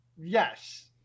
yes